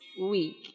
week